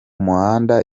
muhanda